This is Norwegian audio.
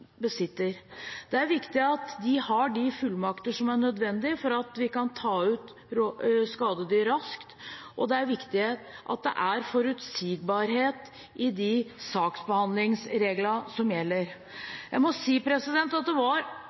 viktig at de har de fullmakter som er nødvendig, for at vi kan ta ut skadedyr raskt, og det er viktig at det er forutsigbarhet i de saksbehandlingsreglene som gjelder. Jeg må si at det var